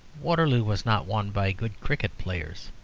waterloo was not won by good cricket-players.